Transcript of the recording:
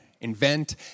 invent